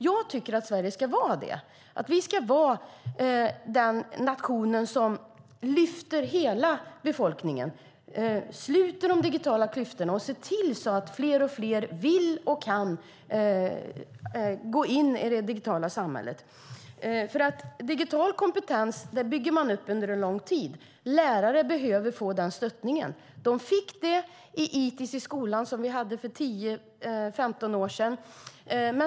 Jag tycker att Sverige ska vara den nation som lyfter hela befolkningen, sluter de digitala klyftorna och ser till att fler och fler vill och kan gå in i det digitala samhället. Digital kompetens bygger man nämligen upp under en lång tid. Lärare behöver få den stöttningen. Det fick de i ITIS i skolan som vi hade för tio femton år sedan.